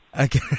Okay